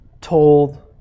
told